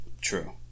True